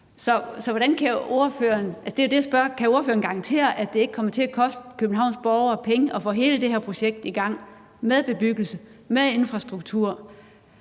er jo, om ordføreren kan garantere, at det ikke kommer til at koste Københavns borgere penge at få hele det her projekt i gang – med bebyggelse og med infrastruktur.